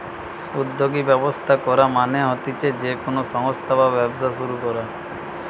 উদ্যোগী ব্যবস্থা করা মানে হতিছে যে কোনো সংস্থা বা ব্যবসা শুরু করা